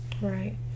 Right